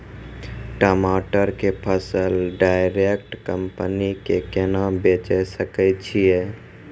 टमाटर के फसल डायरेक्ट कंपनी के केना बेचे सकय छियै?